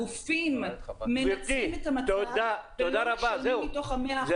הגופים מנצלים את המצב ולא משלמים מתוך המאה אחוז --- גברתי,